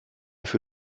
für